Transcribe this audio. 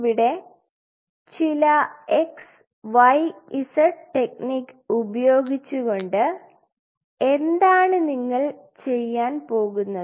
ഇവിടെ ചില xyz technique ഉപയോഗിച്ചുകൊണ്ട് എന്താണ് നിങ്ങൾ ചെയ്യാൻ പോകുന്നത്